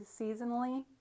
seasonally